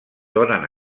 donen